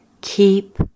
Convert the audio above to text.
Keep